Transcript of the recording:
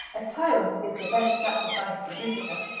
a tyrant is the best sacrifice to jupiter,